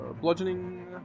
bludgeoning